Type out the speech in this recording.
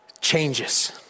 changes